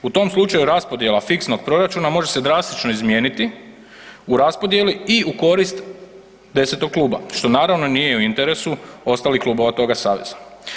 U tom slučaju raspodjela fiksnog proračuna može se drastično izmijeniti u raspodjeli i u korist 10. kluba, što naravno nije u interesu ostalih klubova toga saveza.